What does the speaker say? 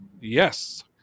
Yes